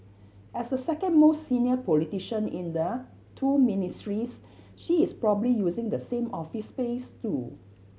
as the second most senior politician in the two Ministries she is probably using the same office space too